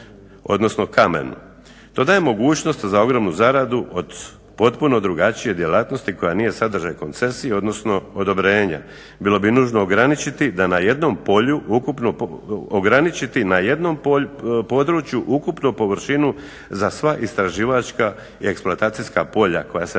odnosno kamenu. To daje mogućnost za ogromnu zaradu od potpuno drugačije djelatnosti koja nije sadržaj koncesije, odnosno odobrenja. Bilo bi nužno ograničiti na jednom području ukupno površinu za sva istraživačka eksploatacijska polja koja se